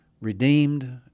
redeemed